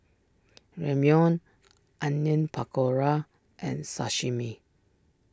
Ramyeon Onion Pakora and Sashimi